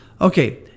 okay